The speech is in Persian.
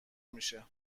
میشه